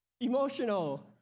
Emotional